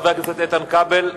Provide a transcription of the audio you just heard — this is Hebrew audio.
חבר הכנסת איתן כבל,